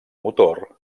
motor